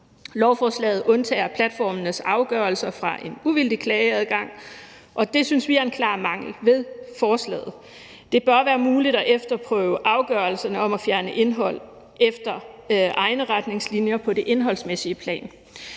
Lovforslaget undtager platformenes afgørelser fra en uvildig klageadgang, og det synes vi er en klar mangel ved forslaget. Det bør være muligt at efterprøve afgørelserne om at fjerne indhold efter egne retningslinjer på det indholdsmæssige plan.